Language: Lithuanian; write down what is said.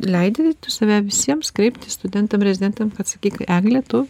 leidi save visiems kreiptis studentam rezidentam kad sakyk eglė tu